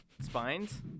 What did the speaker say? spines